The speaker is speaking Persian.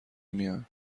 میان